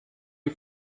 you